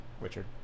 Richard